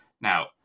Now